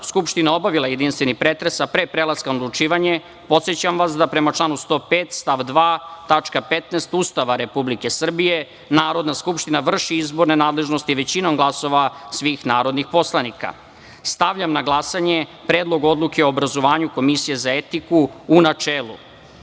skupština obavila jedinstveni pretres, a pre prelaska na odlučivanje, podsećam vas da, prema članu 105. stav 2. tačka 15. Ustava Republike Srbije, Narodna skupština vrši izborne nadležnosti većinom glasova svih narodnih poslanika. Stavljam na glasanje Predlog odluke o obrazovanju Komisije za etiku, u načelu. Molim